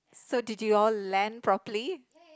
so did you all land properly